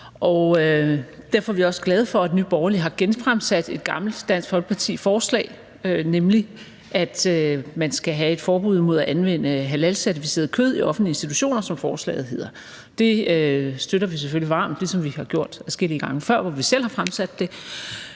Derfor er vi også glade for, at Nye Borgerlige har genfremsat et gammelt Dansk Folkeparti-forslag, nemlig at man skal have et forbud mod at anvende halalcertificeret kød i offentlige institutioner, som forslaget hedder. Det støtter vi selvfølgelig varmt, ligesom vi har gjort adskillige gange før, hvor vi selv har fremsat det.